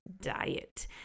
diet